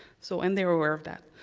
so and they are aware of that.